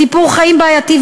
סיפור חיים בעייתי,